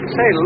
Say